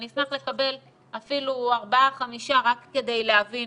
אני אשמח לקבל ארבעה-חמישה רק כדי להבין